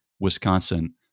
Wisconsin